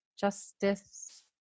justice